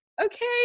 okay